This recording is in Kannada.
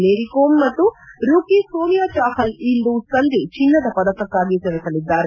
ಮೇರಿ ಕೋಮ್ ಮತ್ತು ರೂಕಿ ಸೋನಿಯಾ ಚಪಲ್ ಇಂದು ಸಂಜೆ ಚಿನ್ನದ ಪದಕಕ್ಕಾಗಿ ಸೆಣೆಸಲಿದ್ದಾರೆ